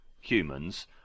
humans